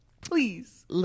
Please